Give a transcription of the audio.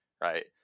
right